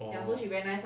orh